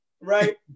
right